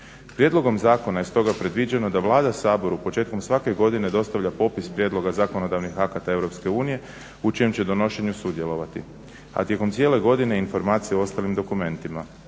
Prijedlogom zakona je stoga predviđeno da Vlada Saboru početkom svake godine dostavlja popis prijedloga zakonodavnih akata Europske unije u čijem će donošenju sudjelovati, a tijekom cijele godine informacije o ostalim dokumentima.